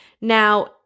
Now